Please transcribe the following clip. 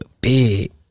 big